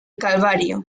calvario